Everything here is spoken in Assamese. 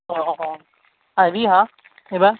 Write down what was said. অঁ অঁ আইভি হাঁ এইবাৰ